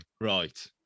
Right